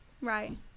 Right